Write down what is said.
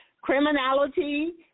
criminality